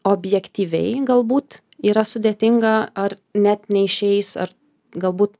objektyviai galbūt yra sudėtinga ar net neišeis ar galbūt